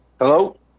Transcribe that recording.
Hello